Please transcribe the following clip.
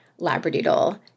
Labradoodle